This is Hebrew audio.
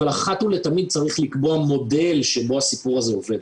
אבל אחת ולתמיד צריך לקבוע מודל שבו הסיפור הזה עובד.